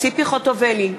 ציפי חוטובלי,